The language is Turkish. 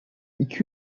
iki